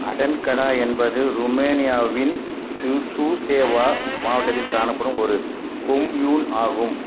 Adancata என்பது ருமேனியாவின் சு சுசேவா மாவட்டத்தில் காணப்படும் ஒரு கொம்யூன் ஆகும்